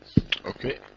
okay